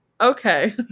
Okay